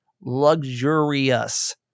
luxurious